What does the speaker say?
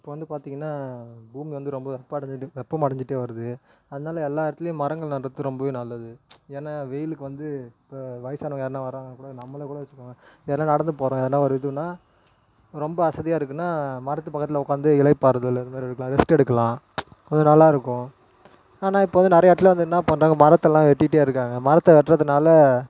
இப்போ வந்து பார்த்திங்கன்னா பூமி வந்து ரொம்ப வெப்பம் அடைஞ்சிகிட்டு வெப்பம் அடைஞ்சிகிட்டே வருது அதனால எல்லா இடத்துலையும் மரங்கள் நடுறது ரொம்பவே நல்லது ஏன்னா வெயிலுக்கு வந்து இப்போ வயசானவங்கள் யாருனால் வராங்கன்னாக்கூட நம்மளைக்கூட வச்சுக்கோங்க யார்னால் நடந்து போகிறாங்க எதுனா ஒரு இதுனால் ரொம்ப அசதியாக இருக்குதுன்னா மரத்து பக்கத்தில் உட்காந்து இளைப்பாறுதல் இதுமாதிரி இருக்கலாம் ரெஸ்ட் எடுக்கலாம் கொஞ்சம் நல்லா இருக்கும் ஆனால் இப்போ வந்து நிறையா இடத்துல வந்து என்ன பண்ணுறாங்க மரத்தெயெல்லாம் வெட்டிகிட்டே இருக்காங்க மரத்தை வெட்டுறதுனால